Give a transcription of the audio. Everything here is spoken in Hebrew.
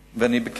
לא יודע לגבי כסף,